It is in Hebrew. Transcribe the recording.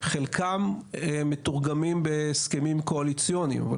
חלקם מתורגמים בהסכמים קואליציוניים אבל